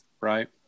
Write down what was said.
right